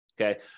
okay